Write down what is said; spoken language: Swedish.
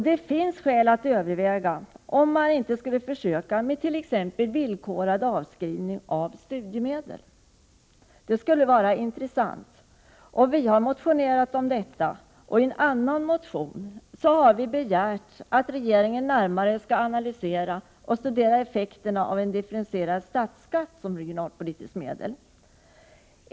Det finns skäl att överväga ett försök med t.ex. villkorad avskrivning av studiemedel. Det skulle vara intressant. Vi har motionerat om detta, och i en annan motion har vi begärt att regeringen närmare skall analysera och studera effekterna av en differentierad statsskatt som regionalpolitiskt medel.